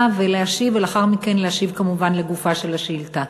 ולהשיב עליהם ולאחר מכן להשיב כמובן לגופה של השאילתה.